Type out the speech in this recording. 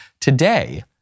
Today